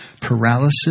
paralysis